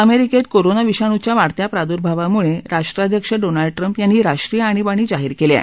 अमेरिकेत कोरोना विषाणूच्या वाढत्या प्रादुर्भावामुळे राष्ट्राध्यक्ष डोनाल्ड ट्रम्प यांनी राष्ट्रीय आणीबाणी जाहीर केली आहे